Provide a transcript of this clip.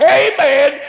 amen